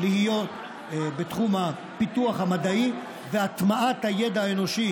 להיות בתחום הפיתוח המדעי והטמעת הידע האנושי,